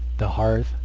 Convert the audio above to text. the hearth,